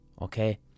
okay